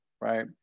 right